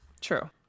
true